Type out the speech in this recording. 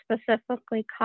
specifically